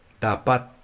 Dapat